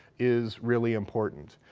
is really important.